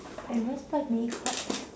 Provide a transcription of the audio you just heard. eh where's my makeup